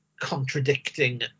Contradicting